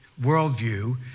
worldview